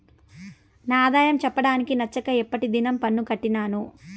నా ఆదాయం చెప్పడానికి నచ్చక ఎప్పటి దినం పన్ను కట్టినాను